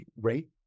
rate